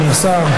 בבקשה, אדוני השר.